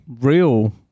real